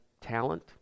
talent